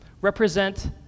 represent